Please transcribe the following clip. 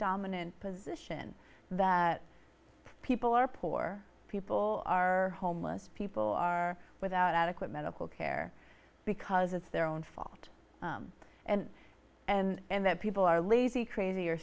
dominant position that people are poor people are homeless people are without adequate medical care because it's their own fault and and that people are lazy craz